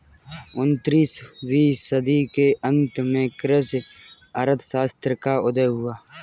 उन्नीस वीं सदी के अंत में कृषि अर्थशास्त्र का उदय हुआ